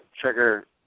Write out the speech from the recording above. trigger